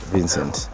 Vincent